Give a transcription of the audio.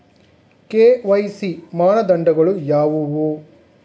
KYC ಮಾನದಂಡಗಳು ಯಾವುವು?